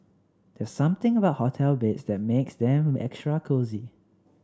there's something about hotel beds that makes them extra cosy